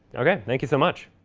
ok, thank you so much.